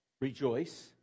Rejoice